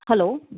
hello